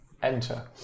enter